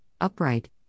upright